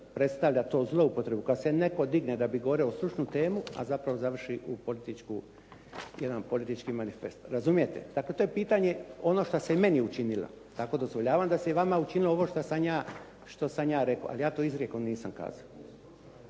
predstavlja to zloupotrebu kad se netko digne da bi govorio o stručnoj temi a zapravo završi jedan politički manifest, razumijete. Dakle to je pitanje ono što se meni učinilo. Tako dozvoljavam da se i vama učinilo ovo što sam ja, što sam ja rekao ali ja to izrijekom nisam kazao.